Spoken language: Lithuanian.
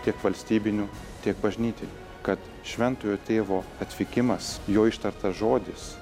tiek valstybinių tiek bažnytinių kad šventojo tėvo atvykimas jo ištartas žodis